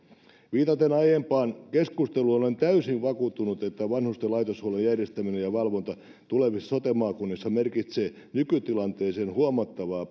viitaten aiempaan keskusteluun olen täysin vakuuttunut että vanhusten laitoshuollon järjestäminen ja valvonta tulevissa sote maakunnissa merkitsee nykytilanteeseen huomattavaa